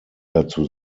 dazu